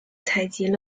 采集